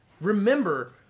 remember